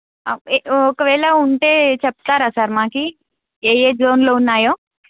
ఒకవేళ ఉంటే చెప్తారా సార్ మాకి ఏ ఏ జోన్లో ఉన్నాయో